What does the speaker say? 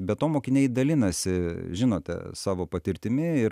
be to mokiniai dalinasi žinote savo patirtimi ir